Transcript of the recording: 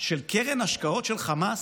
של קרן השקעות של חמאס,